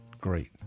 Great